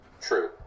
True